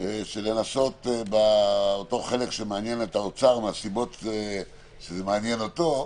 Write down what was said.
לנסות באותו חלק שמעניין את האוצר מהסיבות שזה מעניין אותו,